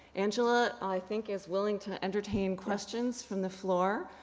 angela i think is willing to entertain questions from the floor.